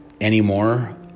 anymore